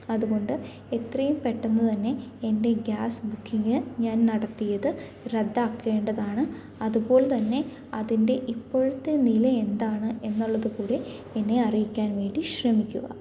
അതുകൊണ്ട് എത്രയും പെട്ടെന്ന് തന്നെ എൻ്റെ ഗ്യാസ് ബുക്കിംഗ് ഞാൻ നടത്തിയത് റദ്ദാക്കേണ്ടതാണ് അതുപോലെത്തന്നെ അതിൻ്റെ ഇപ്പോഴത്തെ നിലയെന്താണ് എന്നുള്ളത് കൂടി എന്നെ അറിയിക്കാൻ വേണ്ടി ശ്രമിക്കുക